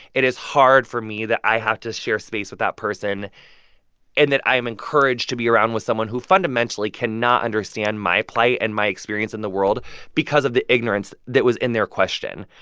it is hard for me that i have to share space with that person and that i am encouraged to be around with someone who fundamentally cannot understand my plight and my experience in the world because of the ignorance that was in their question.